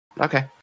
Okay